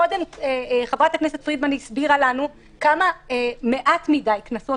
קודם חברת הכנסת פרידמן הסבירה לנו כמה מעט מדי קנסות